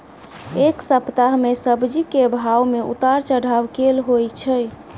एक सप्ताह मे सब्जी केँ भाव मे उतार चढ़ाब केल होइ छै?